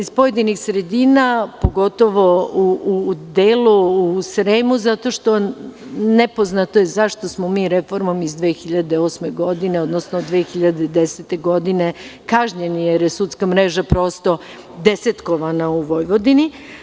Iz pojedinih sredina, pogotovo u delu Srema, zato što je nepoznato zašto smo reformom iz 2008. godine, odnosno 2010. godine kažnjeni, jer je sudska mreža desetkovana u Vojvodini.